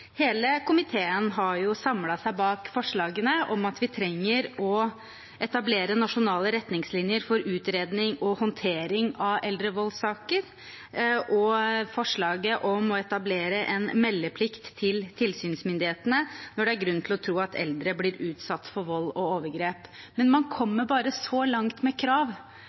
Hele komiteen har samlet seg bak forslagene om at vi trenger å etablere nasjonale retningslinjer for utredning og håndtering av eldrevoldssaker, og forslaget om å etablere en meldeplikt til tilsynsmyndighetene når det er grunn til å tro at eldre blir utsatt for vold og overgrep. Men man kommer bare så langt med krav.